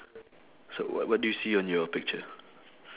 so what what do you see on your picture